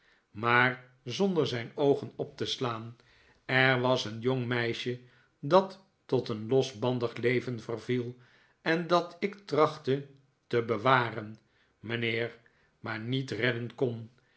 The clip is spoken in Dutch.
maar zonder zijn oogen op te slaan er was een jong meisje dat tot een losbandig leven verviel en dat ik trachtte te bewaren mijnheer maar niet redden kon